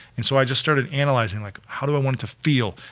and so i just started analyzing, like how do i want to feel?